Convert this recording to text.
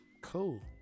cool